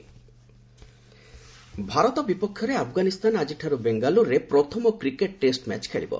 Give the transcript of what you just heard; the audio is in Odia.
କ୍ରିକେଟ୍ ଟେଷ୍ଟ ଭାରତ ବିପକ୍ଷରେ ଆଫ୍ଗାନିସ୍ତାନ ଆଜିଠାରୁ ବେଙ୍ଗାଲୁରୁରେ ପ୍ରଥମ କ୍ରିକେଟ୍ ଟେଷ୍ଟ ମ୍ୟାଚ୍ ଖେଳିବ